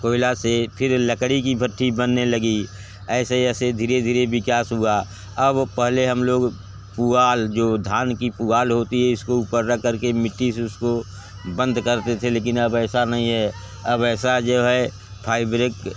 कोयला से फिर लकड़ी की भट्ठी बनने लगी ऐसे ही ऐसे धीरे धीरे विकास हुआ अब पहले हम लोग पुआल जो धान की पुआल होती है इसके ऊपर रख कर के मिट्टी से उसको बंद करते थे लेकिन अब ऐसा नहीं है अब ऐसा जो है फाइब्रिक